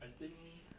I think